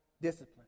discipline